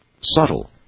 subtle